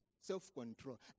self-control